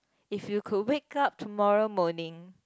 if you could wake up tomorrow morning